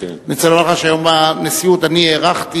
אני רוצה לומר לך שהיום בנשיאות אני הערכתי